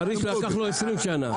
חריש לקח לו 20 שנים.